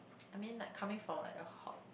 I mean like coming from like a hot